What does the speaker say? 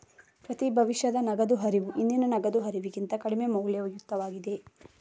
ಪ್ರತಿ ಭವಿಷ್ಯದ ನಗದು ಹರಿವು ಹಿಂದಿನ ನಗದು ಹರಿವಿಗಿಂತ ಕಡಿಮೆ ಮೌಲ್ಯಯುತವಾಗಿದೆ